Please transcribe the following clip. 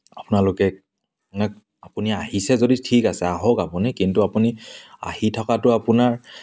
আপোনালোকে মানে আপুনি আহিছে যদি ঠিক আছে আহক আপুনি কিন্তু আপুনি আহি থকাটো আপোনাৰ